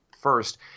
first